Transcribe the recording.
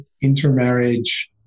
intermarriage